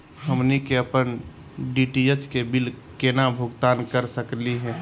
हमनी के अपन डी.टी.एच के बिल केना भुगतान कर सकली हे?